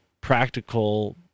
practical